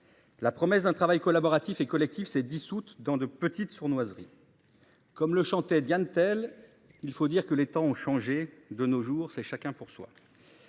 La promesse d'un travail collaboratif et collectif s'est dissoute dans de petites sournoiserie. Comme le chantait Diane Tell. Il faut dire que les temps ont changé. De nos jours c'est chacun pour soi.